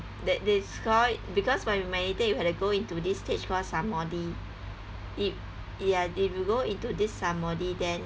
that they call it because when we meditate we have to go into this stage called samadhi if ya if you go into this samadhi then